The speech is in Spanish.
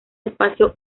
espacio